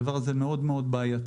בעינינו, הדבר הזה מאוד מאוד בעייתי,